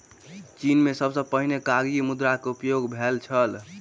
चीन में सबसे पहिने कागज़ी मुद्रा के उपयोग भेल छल